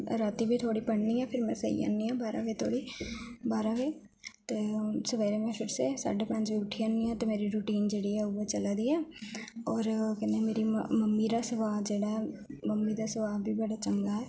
रातीं बी थोह्ड़ी पढ़नी आं फेर मै सेई जन्नी आं बारां बजे धोड़ी बारां बजे ते सबेरे में फिर से साड्ढे पंज उठी जन्नी आं ते मेरी रूटीन जेह्ड़ी उ'यै चलै दी ऐ होर कन्नै मेरी मम्मी दा स्भाऽ जेह्ड़ा ऐ मम्मी दा स्भाऽ बी बड़ा चंगा ऐ